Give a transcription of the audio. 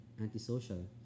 antisocial